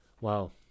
Wow